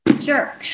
Sure